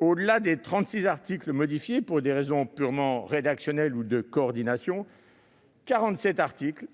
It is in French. Au-delà des 36 articles modifiés pour des raisons purement rédactionnelles ou de coordination, 47 articles